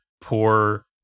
poor